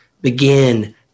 begin